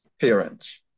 parents